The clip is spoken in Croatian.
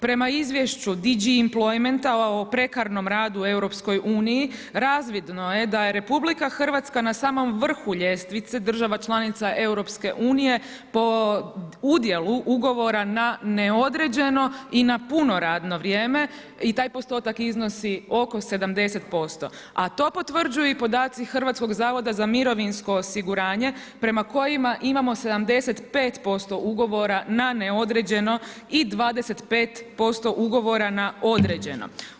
Prema izvješću DG Employmenta o prekarnom radu u EU, razvidno je da je RH na samom vrhu ljestvice država članice EU po udjelu ugovora na neodređeno i na puno radno vrijeme i taj postotak iznosi oko 70%, a to potvrđuju i podaci Hrvatskog zavoda za mirovinsko osiguranje, prema kojima imamo 75% ugovora na neodređeno i 25% ugovora na određeno.